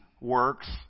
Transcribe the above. works